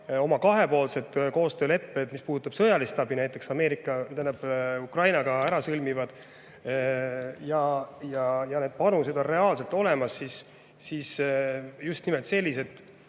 oma kahepoolsed koostöölepped, mis puudutab sõjalist abi, Ukrainaga ära sõlmivad, ja need panused on reaalselt olemas, siis just nimelt sellised